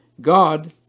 God